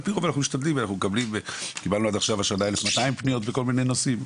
אנחנו קיבלנו עד השנה 1,200 פניות בכל מיני נושאים,